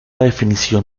definición